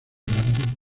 bradomín